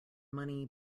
money